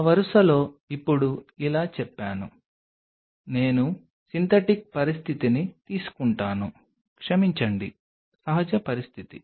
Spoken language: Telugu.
ఆ వరుసలో ఇప్పుడు ఇలా చెప్పాను నేను సింథటిక్ పరిస్థితిని తీసుకుంటాను క్షమించండి సహజ పరిస్థితి